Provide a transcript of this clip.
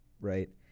Right